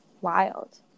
wild